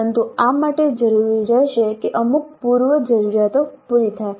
પરંતુ આ માટે જરૂરી રહેશે કે અમુક પૂર્વજરૂરીયાતો પૂરી થાય